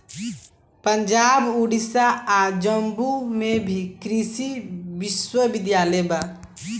पंजाब, ओडिसा आ जम्मू में भी कृषि विश्वविद्यालय बा